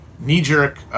knee-jerk